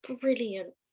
Brilliant